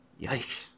Yikes